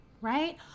right